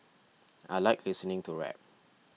I like listening to rap